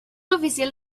oficial